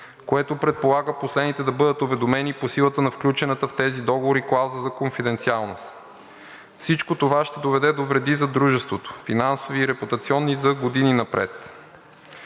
което предполага последните да бъдат уведомени по силата на включената в тези договори клауза за конфиденциалност. Всичко това ще доведе до вреди за дружеството – финансови, репутационни за години напред.